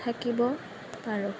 থাকিব পাৰোঁ